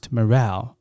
Morale